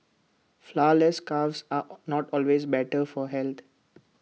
Flourless Cakes are not always better for health